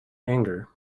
anger